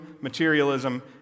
materialism